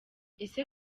ese